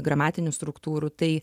gramatinių struktūrų tai